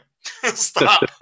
Stop